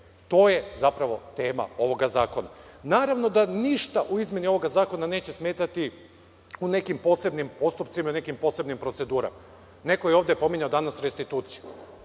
To je zapravo tema ovoga zakona. Naravno da ništa u izmeni ovoga zakona neće smetati u nekim posebnim postupcima i nekim posebnim procedurama. Neko je ovde danas restituciju.